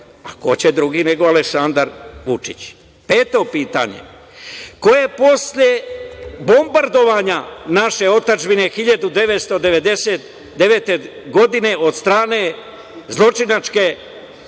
Ko će drugi, nego Aleksandar Vučić. Peto pitanje – ko je posle bombardovanja naše otadžbine 1999. godine od strane zločinačke